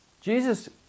Jesus